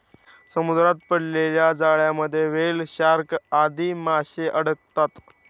समुद्रात पडलेल्या जाळ्यांमध्ये व्हेल, शार्क आदी माशे अडकतात